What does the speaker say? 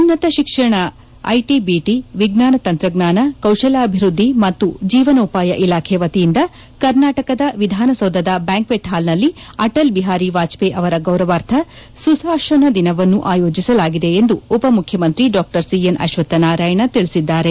ಉನ್ನತ ಶಿಕ್ಷಣ IT BT ವಿಜ್ಞಾನ ತಂತ್ರಜ್ಞಾನ ಕೌಶಲ್ಡಾಭಿವೃದ್ದಿ ಮತ್ತು ಜೀವನೋಪಾಯ ಇಲಾಖೆ ವತಿಯಿಂದ ಕರ್ನಾಟಕದ ವಿಧಾನಸೌಧದ ಬ್ಯಾಂಕ್ಷೆಟ್ ಹಾಲ್ನಲ್ಲಿ ಅಟಲ್ ಬಿಹಾರಿ ವಾಜಪೇಯಿ ಅವರ ಗೌರವಾರ್ಥ ಸುಶಾಸನ ದಿನವನ್ನು ಆಯೋಜಿಸಲಾಗಿದೆ ಎಂದು ಉಪ ಮುಖ್ಚಮಂತ್ರಿ ಡಾ ಸಿ ಎನ್ ಅಶ್ವತ್ವನಾರಾಯಣ ತಿಳಿಸಿದ್ದಾರೆ